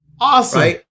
Awesome